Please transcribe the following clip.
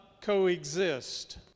coexist